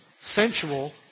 sensual